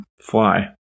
Fly